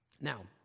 Now